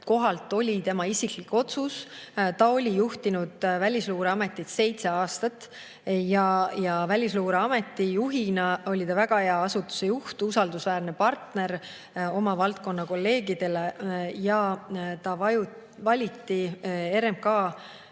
kohalt oli tema isiklik otsus. Ta oli juhtinud Välisluureametit seitse aastat ja Välisluureameti juhina oli ta väga hea asutuse juht, usaldusväärne partner oma valdkonna kolleegidele. Ja ta valiti RMK